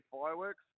fireworks